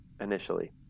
initially